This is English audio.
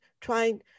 trying